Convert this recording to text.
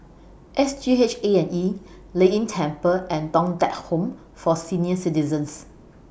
S G H A and E Lei Yin Temple and Thong Teck Home For Senior Citizens